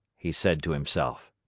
he said to himself.